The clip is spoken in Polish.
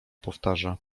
powtarza